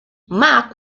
mack